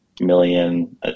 million